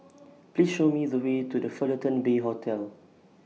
Please Show Me The Way to The Fullerton Bay Hotel